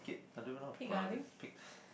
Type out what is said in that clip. kit I don't know how to pronounce this piqued